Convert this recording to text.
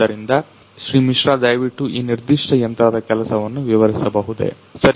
ಆದ್ದರಿಂದ ಶ್ರೀ ಮಿಶ್ರಾ ದಯವಿಟ್ಟು ಈ ನಿರ್ದಿಷ್ಟ ಯಂತ್ರದ ಕೆಲಸವನ್ನು ವಿವರಿಸಬಹುದೇ